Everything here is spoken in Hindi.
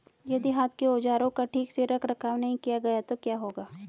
यदि हाथ के औजारों का ठीक से रखरखाव नहीं किया गया तो क्या होगा?